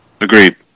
Agreed